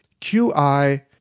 qi